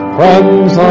Friends